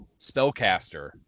spellcaster